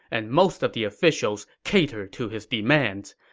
and most of the officials cater to his demands.